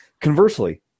Conversely